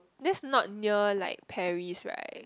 that's not near like Paris right